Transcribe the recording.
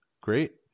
Great